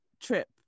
trip